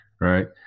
Right